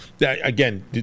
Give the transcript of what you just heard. Again